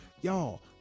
Y'all